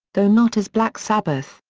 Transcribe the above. though not as black sabbath,